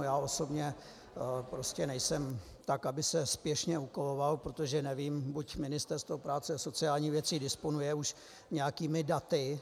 Já osobně nejsem tak, aby se spěšně úkolovalo, protože nevím, buď Ministerstvo práce a sociálních věcí disponuje už nějakými daty.